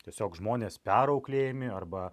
tiesiog žmonės perauklėjami arba